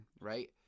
right